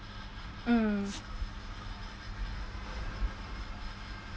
mm